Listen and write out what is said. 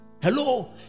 Hello